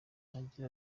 agira